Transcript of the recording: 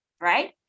right